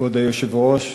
כבוד היושב-ראש.